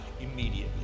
immediately